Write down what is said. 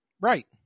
Right